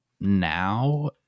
now